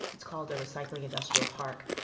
it's called a recycling industrial park.